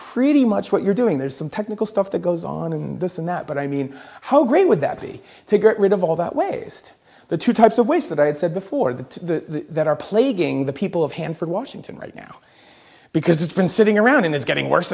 pretty much what you're doing there's some technical stuff that goes on in this and that but i mean how great would that be to get rid of all that weighs the two types of waste that i had said before the that are plaguing the people of hanford washington right now because it's been sitting around and it's getting worse